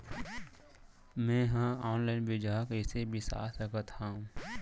मे हा अनलाइन बीजहा कईसे बीसा सकत हाव